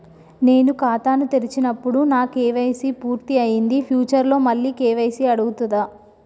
నేను ఖాతాను తెరిచినప్పుడు నా కే.వై.సీ పూర్తి అయ్యింది ఫ్యూచర్ లో మళ్ళీ కే.వై.సీ అడుగుతదా?